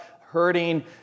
hurting